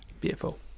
beautiful